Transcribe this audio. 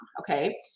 okay